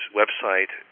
website